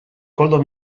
koldo